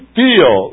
feel